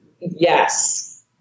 yes